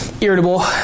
irritable